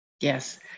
yes